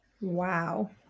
Wow